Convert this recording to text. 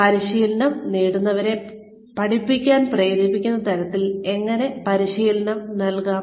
പരിശീലനം നേടുന്നവരെ പഠിക്കാൻ പ്രേരിപ്പിക്കുന്ന തരത്തിൽ എങ്ങനെ പരിശീലനം നൽകാം